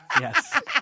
Yes